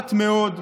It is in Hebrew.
נוכחת מאוד,